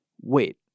wait